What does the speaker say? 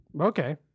Okay